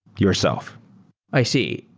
yourself i see.